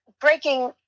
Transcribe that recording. breaking